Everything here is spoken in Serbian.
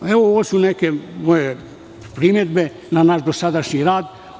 Ovo su neke moje primedbe na naš dosadašnji rad.